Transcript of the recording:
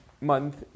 month